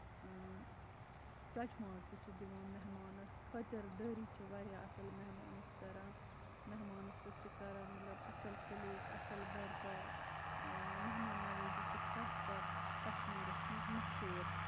اۭں ژۄچہِ ماز تہِ چھِ دِوان مہمانَس خٲطِر دٲری چھِ واریاہ اَصٕل مہمانَس کران مہماَس سۭتۍ چھِ کران مطلب اَصٕل سلوٗک اَصٕل برتاو اۭں مہمان نَوٲزی چھِ خاص کر کَشمیٖرَس منٛز مَشہوٗر